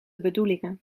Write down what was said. bedoelingen